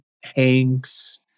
Hanks